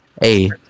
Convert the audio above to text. Hey